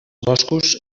boscos